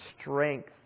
strength